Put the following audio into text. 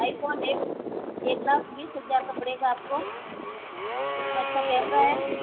iPhone एक एक लाख बीस हज़ार का पड़ेगा आप को कितना अच्छा कैमरा है